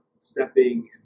stepping